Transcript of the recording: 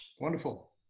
Wonderful